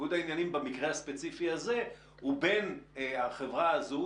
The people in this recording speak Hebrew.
ניגוד העניינים במקרה הספציפי הזה הוא בין החברה הזו